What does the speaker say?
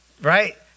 right